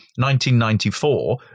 1994